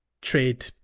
trade